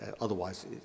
Otherwise